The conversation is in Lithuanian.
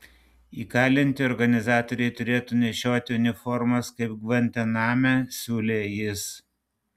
įkalinti organizatoriai turėtų nešioti uniformas kaip gvantaname siūlė jis